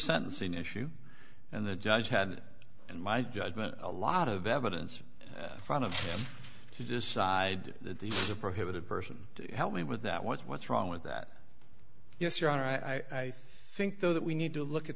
sentencing issue and the judge had in my judgment a lot of evidence front of him to decide that these the prohibited person to help me with that what what's wrong with that yes your honor i think though that we need to look at